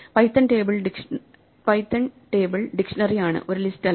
Python table dictionary ആണ് ഒരു list അല്ല